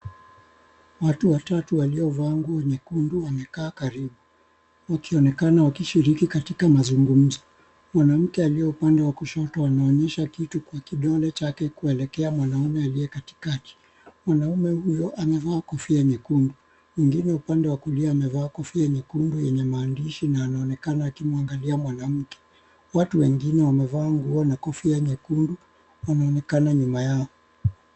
Watu watatu waliovaa nguo nyekundu wamekaa karibu wakionekana wakishughulika katika mazungumzo. Mwanamke aliye upande wa kushoto anaonyesha kitu kwa kidole chake kuelekeza mwanaume aliye katikati. Mwanaume huyo amevaa kofia nyekundu mwingine upande wa kulia amevaa kofia nyekundu yenye maandishi na anaonekana akiangalia mwanamke. Watu wengine wamevaa nguo na kofia nyekundu wanaonekana nyuma yao.